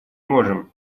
можем